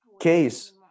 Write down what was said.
case